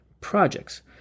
projects